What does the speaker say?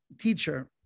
teacher